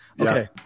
Okay